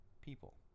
people